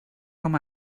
com